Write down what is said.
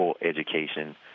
education